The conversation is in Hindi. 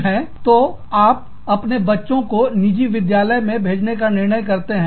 तो आप अपने बच्चों को निजी विद्यालयों में भेजने का निर्णय करते हैं